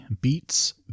beats